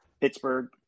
Pittsburgh